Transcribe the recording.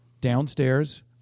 Downstairs